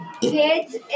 kids